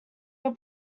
your